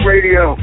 Radio